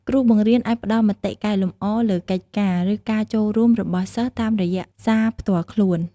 គ្រូបង្រៀនអាចផ្តល់ មតិកែលម្អ លើកិច្ចការ ឬការចូលរួមរបស់សិស្សតាមរយៈសារផ្ទាល់ខ្លួន។